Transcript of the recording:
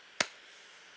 mm